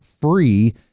free